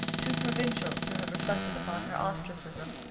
too provincial, to have reflected upon her ostracism,